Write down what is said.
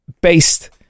based